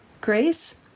grace